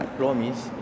promise